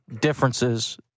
differences